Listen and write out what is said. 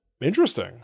Interesting